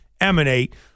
emanate